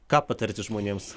ką patarti žmonėms